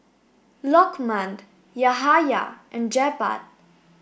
Lokman Yahaya and Jebat